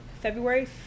February